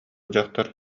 дьахтар